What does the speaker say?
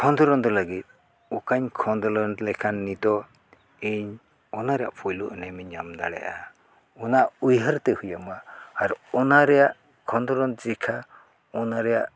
ᱠᱷᱚᱸᱫᱽᱨᱚᱱ ᱞᱟᱹᱜᱤᱫ ᱚᱠᱟᱧ ᱠᱷᱚᱸᱫᱽᱨᱚᱱ ᱞᱮᱠᱷᱟᱱ ᱱᱤᱛᱳᱜ ᱤᱧ ᱚᱱᱟ ᱨᱮᱭᱟᱜ ᱯᱩᱭᱞᱩ ᱮᱱᱮᱢ ᱤᱧ ᱧᱟᱢ ᱫᱟᱲᱮᱭᱟᱜᱼᱟ ᱚᱱᱟ ᱩᱭᱦᱟᱹᱨ ᱛᱮ ᱦᱩᱭ ᱟᱢᱟ ᱟᱨ ᱚᱱᱟ ᱨᱮᱭᱟᱜ ᱠᱷᱚᱸᱫᱽᱨᱚᱱ ᱡᱚᱠᱷᱮᱡ ᱚᱱᱟ ᱨᱮᱭᱟᱜ